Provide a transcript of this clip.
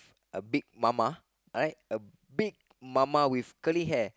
a Big Mama a Big Mama with curly hair